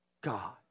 God